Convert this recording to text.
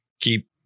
keep